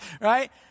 right